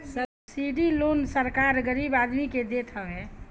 subsidy loan सरकार गरीब आदमी के देत हवे